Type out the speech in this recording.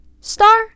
star